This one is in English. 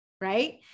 right